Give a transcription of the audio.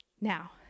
Now